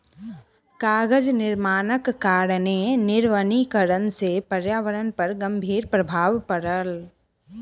कागज निर्माणक कारणेँ निर्वनीकरण से पर्यावरण पर गंभीर प्रभाव पड़ल